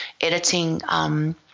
editing